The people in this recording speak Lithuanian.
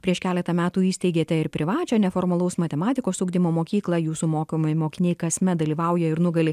prieš keletą metų įsteigėte ir privačią neformalaus matematikos ugdymo mokyklą jūsų mokomi mokiniai kasmet dalyvauja ir nugali